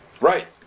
Right